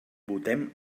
votem